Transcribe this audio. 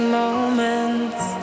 moments